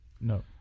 No